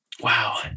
Wow